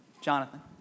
Jonathan